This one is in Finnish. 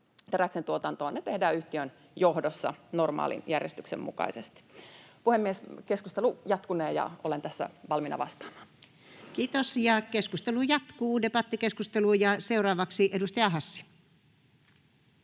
teräksen tuotantoon tehdään yhtiön johdossa normaalin järjestyksen mukaisesti. Puhemies! Keskustelu jatkunee, ja olen tässä valmiina vastaamaan. Kiitos. — Ja keskustelu jatkuu, debattikeskustelu. — Seuraavaksi edustaja Hassi.